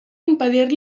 impedir